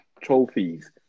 trophies